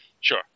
Sure